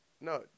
No